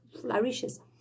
flourishes